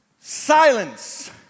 Silence